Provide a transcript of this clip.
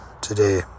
today